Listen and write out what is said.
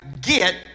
get